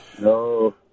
No